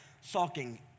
sulking